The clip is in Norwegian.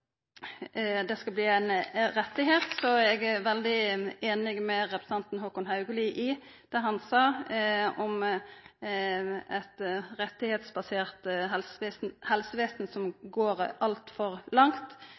det skal verta ein rett: Eg er veldig einig med representanten Håkon Haugli i det han sa om eit rettsbasert helsevesen som går altfor langt,